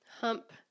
Hump